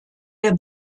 der